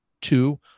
Two